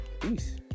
Peace